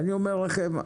ואני אומר לכם,